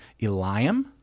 Eliam